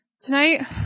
Tonight